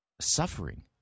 suffering